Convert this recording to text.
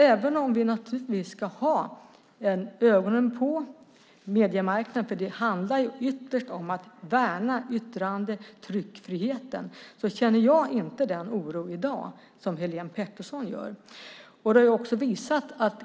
Även om vi naturligtvis ska ha ögonen på mediemarknaden - det handlar om att värna yttrande och tryckfriheten - känner jag i dag inte den oro som Helene Petersson gör.